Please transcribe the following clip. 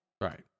Right